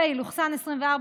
פ/2271/24,